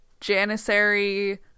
Janissary